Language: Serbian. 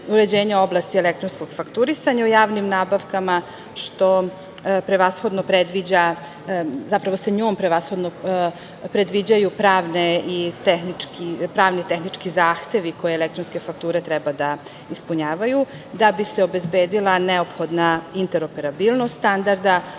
uređenje oblasti elektronskog fakturisanja u javnim nabavkama, što prevashodno predviđa pravne i tehničke zahteve koje elektronske fakture treba da ispunjavaju da bi se obezbedila neophodna interoperabilnost standarda